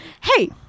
Hey